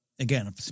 Again